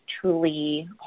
truly